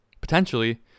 potentially